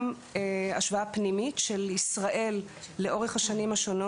גם השוואה פנימית של ישראל לאורך השנים,